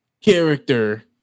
character